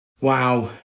Wow